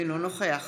אינו נוכח